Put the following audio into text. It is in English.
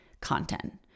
content